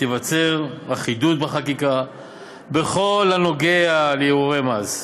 תיווצר אחידות בחקיקה בכל הקשור לערעורי מס.